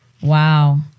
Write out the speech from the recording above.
Wow